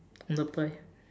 no pie